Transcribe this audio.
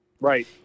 Right